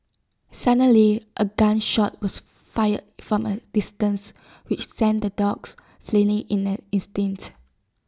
suddenly A gun shot was fired from A distance which send the dogs fleeing in an instant